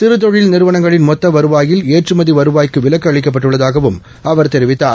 சிறு தொழில் நிறுவனங்களின் மொத்த வருவாயில் ஏற்றுமதி வருவாய்க்கு விலக்கு அளிக்கப்படுவதாகவும் அவர் தெரிவித்தார்